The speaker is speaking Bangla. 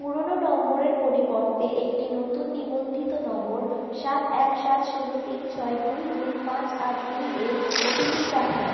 পুরোনো নম্বরের পরিবর্তে একটি নতুন নিবন্ধিত নম্বর সাত এক সাত শূন্য তিন ছয় দুই দুই পাঁচ আট দুই এ ওটিপি পাঠান